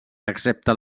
excepte